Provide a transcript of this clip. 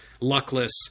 luckless